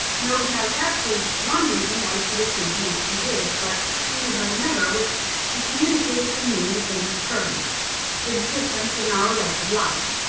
no doubt that was one reason why she received me as she did but she had another, which she communicated to me in the plainest terms the difference in our rank of life.